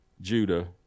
judah